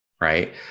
right